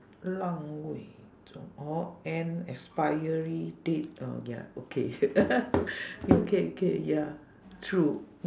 :让位：rang wei or an expiry date oh ya okay okay okay ya true